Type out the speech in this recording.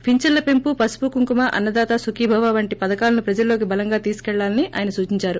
పింఛన్ల పెంపు పసుపు కుంకుమ అన్నదాత సుఖీభవ వంటి పథకాలను ప్రజల్లోకి బలంగా తీసుకెళ్లాలని ఆయన సూచించారు